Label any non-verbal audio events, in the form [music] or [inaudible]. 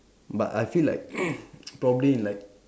but I feel like [noise] probably like